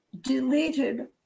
deleted